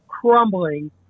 crumbling